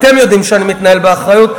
ואתם יודעים שאני מתנהל באחריות.